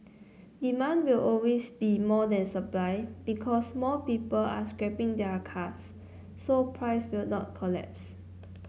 demand will always be more than supply because more people are scrapping their cars so price will not collapse